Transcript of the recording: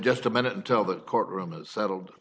just a minute until the courtroom is settled